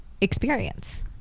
experience